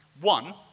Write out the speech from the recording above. One